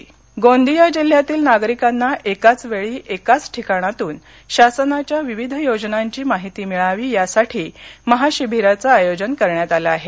महाशिविर गोंदिया गोंदिया जिल्यातील नागरिकांना एकाच वेळी एकाच ठिकाणातून शासनाच्या विविध योजनांची माहिती मिळावी या साठी महाशिबिराचं आयोजन करण्यात आलं आहे